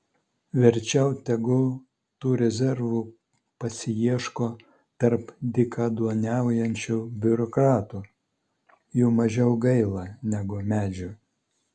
verčiau tegu tų rezervų pasiieško tarp dykaduoniaujančių biurokratų jų mažiau gaila negu medžių